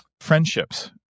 friendships